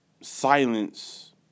silence